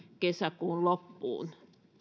kesäkuun loppuun